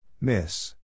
Miss